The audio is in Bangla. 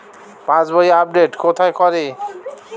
পাসবই আপডেট কোথায় করে?